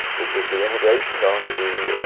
is the immigration going to be